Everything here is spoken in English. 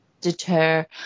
deter